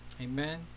Amen